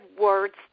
words